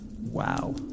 wow